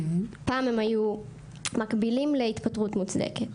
פעם הם היו מקבילים להתפטרות מוצדקת,